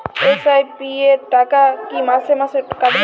SIP র টাকা কী মাসে মাসে কাটবে?